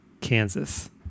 Kansas